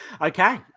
Okay